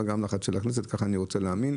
אבל גם לחץ שלנו - כך אני רוצה להאמין,